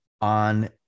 on